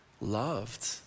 loved